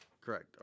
Correct